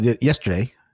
yesterday